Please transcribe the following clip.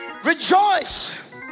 Rejoice